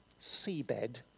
seabed